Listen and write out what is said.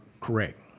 correct